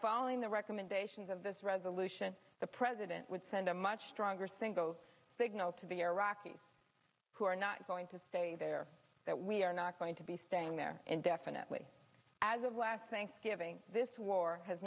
following the recommendations of this resolution the president would send a much stronger single signal to the iraqis who are not going to stay there that we are not going to be staying there indefinitely as of last thanksgiving this war has